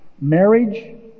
Marriage